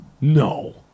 No